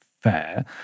fair